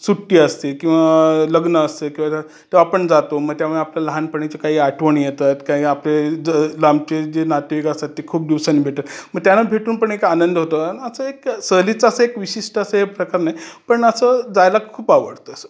सुट्टी असती किंवा लग्न असतं किंवा जर तर आपण जातो मग त्यामुळे आपल्या लहानपणीच्या काही आठवणी येतात काही आपले जर लांबचे जे नातेवाईक असतात ते खूप दिवसांनी भेटतात मग त्यांना भेटून पण एक आनंद होतो असा एक सहलीचा असा एक विशिष्ट असं हे प्रकरण आहे पण असं जायला खूप आवडतं असं